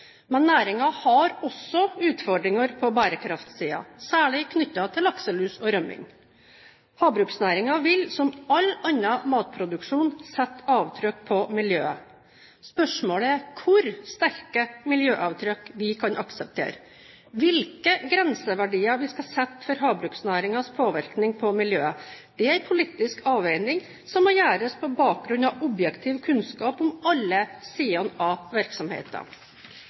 Men næringen har også utfordringer på bærekraftsiden, særlig knyttet til lakselus og rømming. Havbruksnæringen vil, som all annen matproduksjon, sette avtrykk på miljøet. Spørsmålet er hvor sterke miljøavtrykk vi kan akseptere. Hvilke grenseverdier vi skal sette for havbruksnæringens påvirkning på miljøet, er en politisk avveining som må gjøres på bakgrunn av objektiv kunnskap om alle sidene av